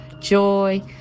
joy